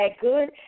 good